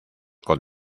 con